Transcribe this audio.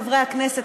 חברי הכנסת,